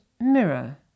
mirror